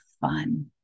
fun